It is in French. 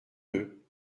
deux